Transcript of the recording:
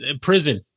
prison